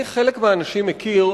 אני את חלק מהאנשים מכיר,